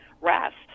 rest